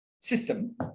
system